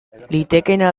litekeena